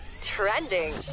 trending